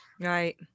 Right